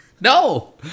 No